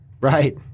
Right